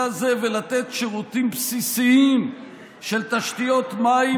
הזה ולתת שירותים בסיסיים של תשתיות מים,